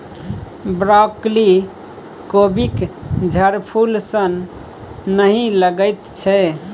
broccoli कोबीक झड़फूल सन नहि लगैत छै